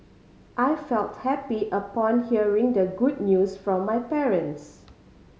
I felt happy upon hearing the good news from my parents